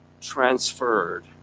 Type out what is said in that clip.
transferred